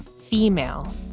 female